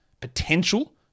potential